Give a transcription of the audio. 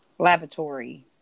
Laboratory